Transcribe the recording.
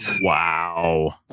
Wow